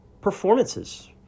performances